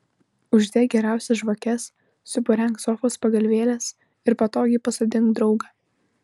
uždek geriausias žvakes supurenk sofos pagalvėles ir patogiai pasodink draugą